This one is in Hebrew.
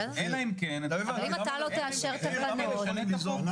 אלא אם כן נשנה את החוק.